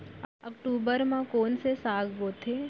अक्टूबर मा कोन से साग बोथे?